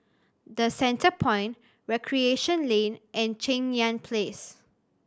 The Centrepoint Recreation Lane and Cheng Yan Place